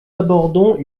abordons